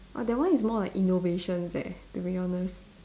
!wah! that one is more like innovations eh to be honest